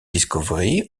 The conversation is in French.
discovery